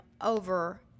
over